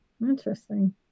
Interesting